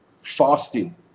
fasting